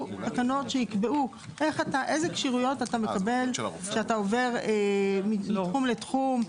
תקנות שיקבעו איזה כשירויות אתה מקבל כשאתה עובר מתחום לתחום.